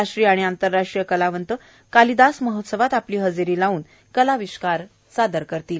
राष्ट्रीय आणि आंतरराष्ट्रीय कलावंत कालिदास महोत्सवात आपली हजेरी लावून आपला कलाविष्कार सादर करणार आहे